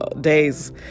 days